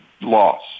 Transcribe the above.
Loss